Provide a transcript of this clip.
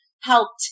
helped